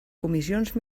comissions